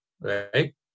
right